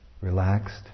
relaxed